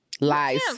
lies